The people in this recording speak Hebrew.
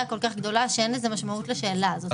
כל כך גדולה שאין משמעות לשאלה הזאת.